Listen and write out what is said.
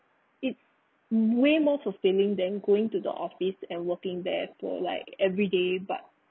it way more fulfilling than going to the office and working there for like everyday but